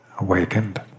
awakened